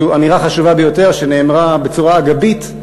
זו אמירה חשובה ביותר, שנאמרה בצורה אגבית,